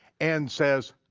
and says